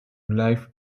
life